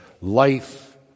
life